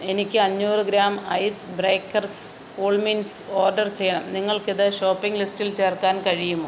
എനിക്ക് അഞ്ഞൂറ് gram ice breakers cool mints order ചെയ്യണം നിങ്ങൾക്കത് ഷോപ്പിംഗ് ലിസ്റ്റിൽ ചേർക്കാൻ കഴിയുമോ